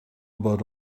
about